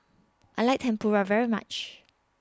I like Tempura very much